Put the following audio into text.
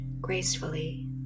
gracefully